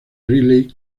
riley